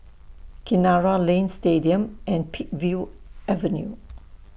Kinara Lane Stadium and Peakville Avenue